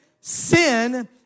Sin